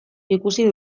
ikusi